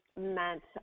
meant